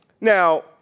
Now